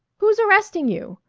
who's arresting you?